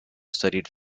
studied